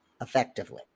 effectively